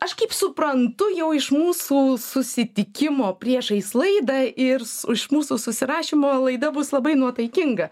aš kaip suprantu jau iš mūsų susitikimo priešais laidą ir s iš mūsų susirašymo laida bus labai nuotaikinga